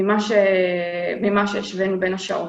ממה שהשווינו בין השעות,